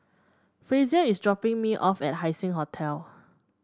Frazier is dropping me off at Haising Hotel